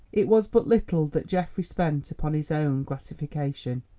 it was but little that geoffrey spent upon his own gratification.